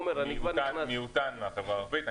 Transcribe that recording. עומר" אני כבר נכנס --- מיעוטן מהחברה הערבית.